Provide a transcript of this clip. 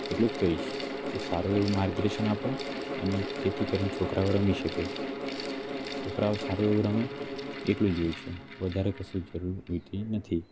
એટલું જ કહીશ કે સારું એવું માર્ગદર્શન આપો અને જેથી કરીને છોકરાઓ રમી શકે છોકરાઓ સારું એવું રમે એટલું જ હોય છે વધારે કશું જરૂર હોય નથી